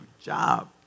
job